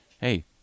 hey